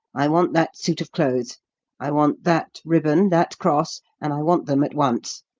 i want that suit of clothes i want that ribbon, that cross and i want them at once.